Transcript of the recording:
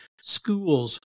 schools